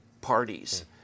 parties